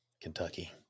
Kentucky